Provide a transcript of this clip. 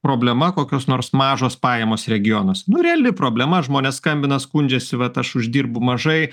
problema kokios nors mažos pajamos regionuose nu reali problema žmonės skambina skundžiasi vat aš uždirbu mažai